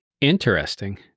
Interesting